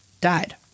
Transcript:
died